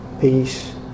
peace